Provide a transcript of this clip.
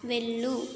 వెళ్ళు